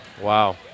Wow